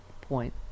point